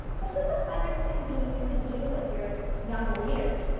this is a fun activity you can do with your young readers.